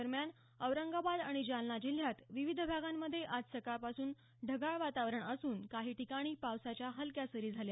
दरम्यान औरंगाबाद आणि जालना जिल्ह्यात विविध भागांमध्ये आज सकाळपासून ढगाळ वातावरण असून काही ठिकाणी पावसाच्या हलक्या सरी झाल्या